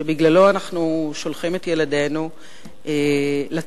שבגללו אנחנו שולחים את ילדינו לצבא,